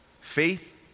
Faith